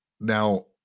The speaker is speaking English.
Now